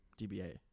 dba